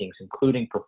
including